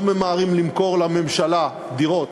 לא ממהרים למכור לממשלה דירות,